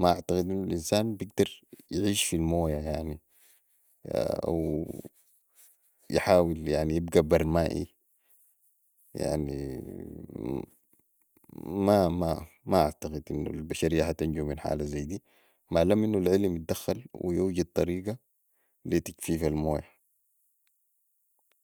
ما اعتقد انو الانسان بقدر يعيش في المويه يعني او يحاول انو يعني يبقي برمائي يعني ما اعتقد انو البشرية حتنجو في حالة زي دي مالك انو العمل يدخل ويوجد طريقة لي تجفيف المويه